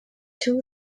two